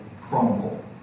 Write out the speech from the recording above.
crumble